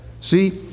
See